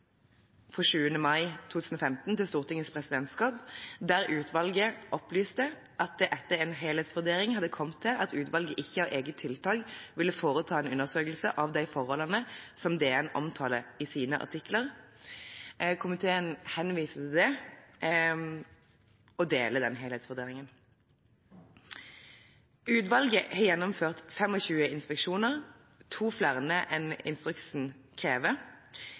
mai 2015 til Stortingets presidentskap der utvalget opplyste at det etter en helhetsvurdering hadde kommet til at utvalget ikke av eget tiltak ville foreta en undersøkelse av de forholdene Dagens Næringsliv omtaler i sine artikler. Komiteen henviser til det og deler den helhetsvurderingen. Utvalget har gjennomført 25 inspeksjoner, to flere enn instruksen krever.